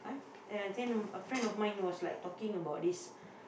and I t~ a friend of mine was like talking about this